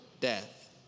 death